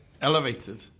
elevated